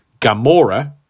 Gamora